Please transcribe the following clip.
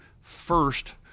first